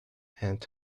and